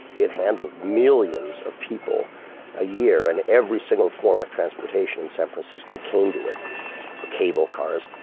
it handled millions of people a year and every single form of transportation in san francisco came to it. the cable cars,